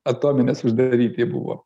atominės uždaryti buvo